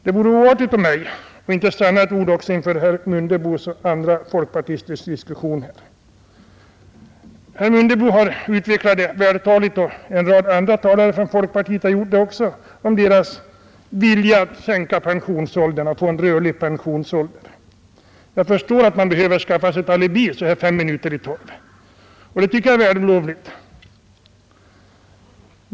Det vore oartigt av mig att inte stanna med ett ord också inför herr Mundebos och andra folkpartisters diskussionsinlägg. Herr Mundebo och en rad andra talare från folkpartiet har vältaligt utvecklat sin vilja att sänka pensionsåldern och göra den rörlig. Jag förstär att de behöver skaffa sig ett alibi så här fem minuter i tolv, och det tycker jag är vällovligt.